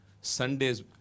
Sunday's